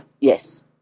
Yes